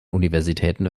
universitäten